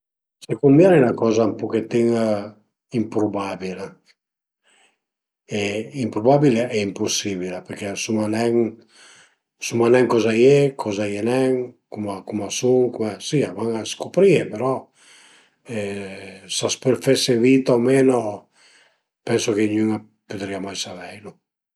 Secund mi al e 'na coza ën puchetin imprubabil, imprubabil e impusibil perché suma nen suma nen coza a ie nen, cum cum a sun, si a van a scuprìe però s'as pöl fese vita o meno pensu che gnün a pudrìa mai saveilu